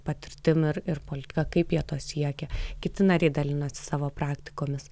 patirtim ir ir politika kaip jie to siekia kiti nariai dalinosi savo praktikomis